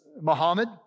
Muhammad